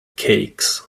cakes